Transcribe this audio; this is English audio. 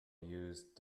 used